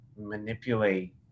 manipulate